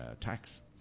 tax